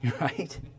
Right